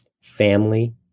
family